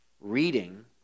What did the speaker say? reading